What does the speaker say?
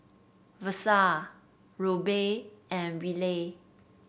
Versa Roby and Wiley